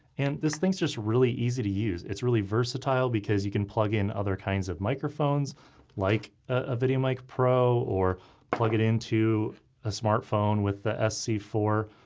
and this thing's just really easy to use. it's really versatile because you can plug in other kinds of microphones like a videomic pro or plug it into a smartphone with the s c four.